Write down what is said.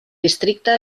districte